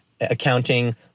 accounting